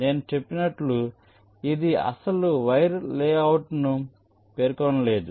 నేను చెప్పినట్లు ఇది అసలు వైర్ లేఅవుట్లను పేర్కొనలేదు